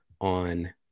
on